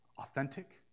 authentic